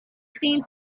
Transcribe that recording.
seen